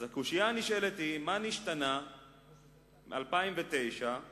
אז הקושיה הנשאלת היא, מה נשתנתה 2009 מאז?